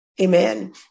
amen